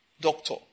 doctor